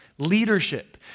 Leadership